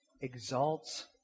exalts